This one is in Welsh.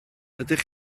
ydych